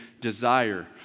desire